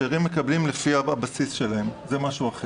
השארים מקבלים לפי הבסיס שלהם, זה משהו אחר.